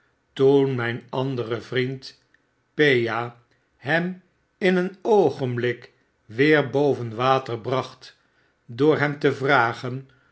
toen myn andere vriend pea hem in een oogenblik weer boven water bracht door hem te vragen